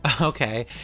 Okay